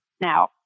Now